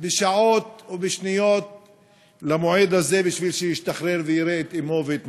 בשעות ובשניות למועד זה בשביל שישתחרר ויראה את אמו ואת משפחתו.